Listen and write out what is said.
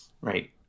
Right